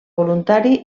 voluntari